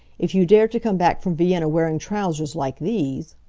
if you dare to come back from vienna wearing trousers like these